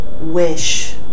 wish